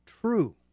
true